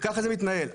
וככה זה מתנהל.